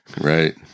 right